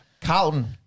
Carlton